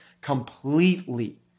completely